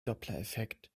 dopplereffekt